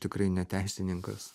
tikrai ne teisininkas